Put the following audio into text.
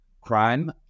crime